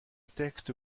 texte